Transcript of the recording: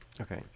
Okay